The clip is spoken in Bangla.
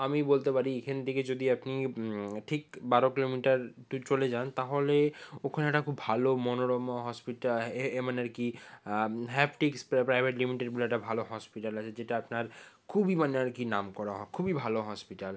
আমি বলতে পারি এখান থেকে যদি আপনি ঠিক বারো কিলোমিটার একটু চলে যান তাহলে ওখানে একটা খুব ভালো মনোরমা হসপিটাল মানে আর কি হ্যাপটিকস প্রাইভেট লিমিটেড বলে একটা ভালো হসপিটাল আছে যেটা আপনার খুবই মানে আর কি নাম করা খুবই ভালো হসপিটাল